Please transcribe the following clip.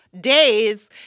days